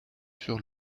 sur